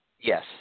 Yes